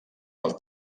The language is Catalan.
del